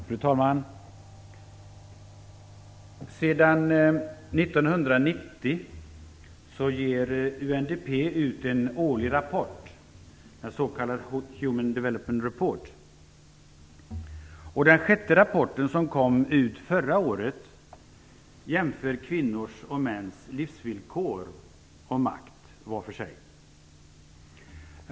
Fru talman! Sedan 1990 ger UNDP ut en årlig rapport, en s.k. Human Development Report. Den sjätte rapporten, som kom ut förra året, jämför kvinnors och mäns livsvillkor och makt var för sig.